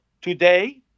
today